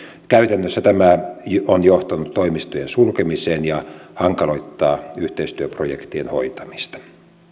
käytännössä tämä on johtanut toimistojen sulkemiseen ja hankaloittaa yhteistyöprojektien hoitamista